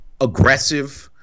aggressive